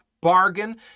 bargain